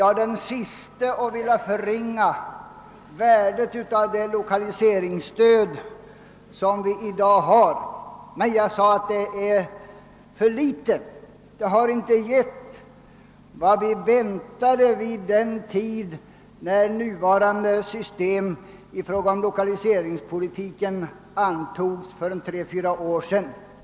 Jag är den siste att vilja förringa värdet av det lokaliseringsstöd som lämnas i dag, men jag vill säga att det är för litet. Det har inte givit vad vi väntade när nuvarande system för lokaliseringspolitiken antogs för några år sedan.